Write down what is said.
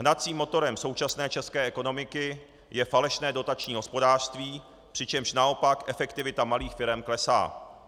Hnacím motorem současné české ekonomiky je falešné dotační hospodářství, přičemž naopak efektivita malých firem klesá.